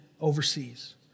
overseas